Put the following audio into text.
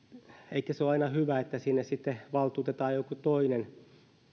eikä se ole aina hyvä että sinne sitten valtuutetaan joku toinen